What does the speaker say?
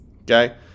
Okay